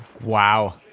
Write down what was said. Wow